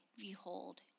behold